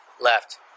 left